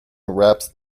wraps